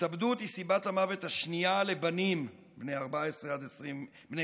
התאבדות היא סיבת המוות השנייה של בנים בני 15 24,